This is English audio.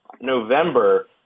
November